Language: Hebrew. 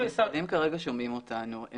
המשרדים כרגע שומעים אותנו.